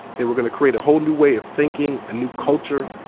they were gonna create a whole new way of thinking, a new culture,